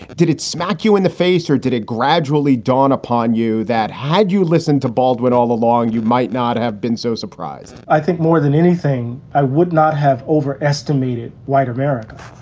did it smack you in the face or did it gradually dawn upon you that had you listened to baldwin all along, you might not have been so surprised? i think more than anything, i would not have overestimated white america.